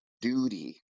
Duty